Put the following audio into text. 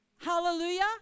hallelujah